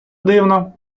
дивно